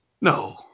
No